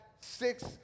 six